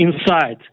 inside